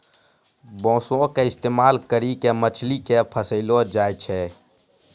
बांसो के इस्तेमाल करि के मछली के फसैलो जाय छै